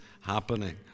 happening